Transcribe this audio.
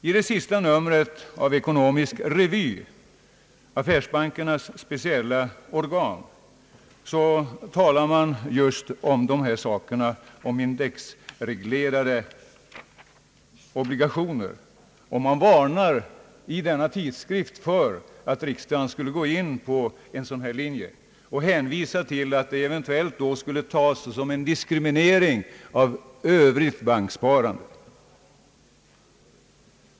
I det senaste numret av Ekonomisk Revy, affärsbankernas speciella organ, berörs just indexreglerade obligationslån. Tidskriften varnar för att riksdagen skulle gå in på en sådan linje och hänvisar till att ett dylikt ställningstagande skulle uppfattas som en diskriminering av övrigt banksparande.